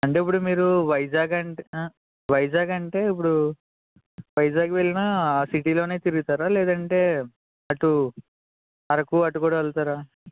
అంటే ఇప్పుడు మీరు వైజాగ్ అంటే వైజాగ్ అంటే ఇప్పుడు వైజాగ్ వెళ్ళిన ఆ సిటీలో తిరుగుతారా లేదంటే అటు అరకు అటు కూడా వెళతారా